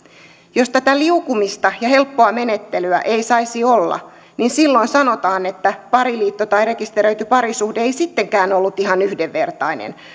jos tätä liukumista ja helppoa menettelyä ei saisi olla niin silloin sanotaan että pariliitto tai rekisteröity parisuhde ei sittenkään ollut ihan yhdenvertainen